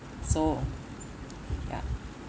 so ya